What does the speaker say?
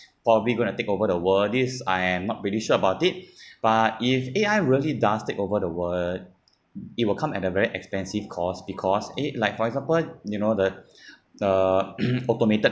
probably gonna take over the world this I am not really sure about it but if A_I really does take over the world it will come at a very expensive cost because A~ like for example you know the the automated